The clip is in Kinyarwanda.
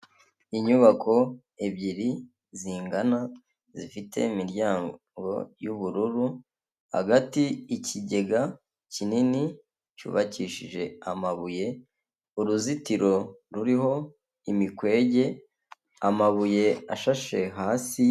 Inyubako ebyiri zingana zifite imiryango y'ubururu hagati ikigega kinini cyubakishije amabuye, uruzitiro ruriho imikwege, amabuye ashashe hasi.